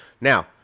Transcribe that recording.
Now